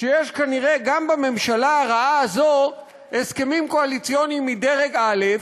שיש כנראה גם בממשלה הרעה הזאת הסכמים קואליציוניים מדרג א',